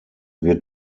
wird